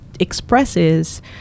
expresses